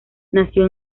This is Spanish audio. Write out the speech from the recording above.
nació